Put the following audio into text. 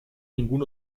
ningún